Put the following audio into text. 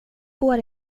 går